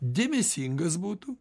dėmesingas būtų